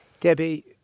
Debbie